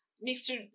mixture